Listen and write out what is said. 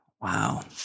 Wow